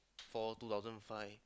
four two thousand five